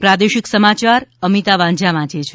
પ્રાદેશિક સમાચાર અમિતા વાંઝા વાંચે છે